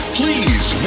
please